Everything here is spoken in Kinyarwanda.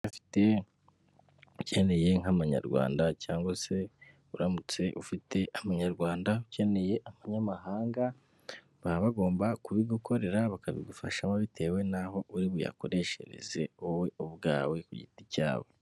Afite ukeneye nk'amanyarwanda cyangwa se uramutse ufite amanyarwanda ukeneye abanyamahanga, baba bagomba kubigukorera bakabigufashamo bitewe n'aho uri buyakoreshereze wowe ubwawe ku giti cyawe.